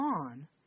on